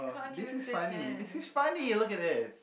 this is funny this is funny look at this